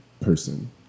person